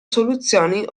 soluzioni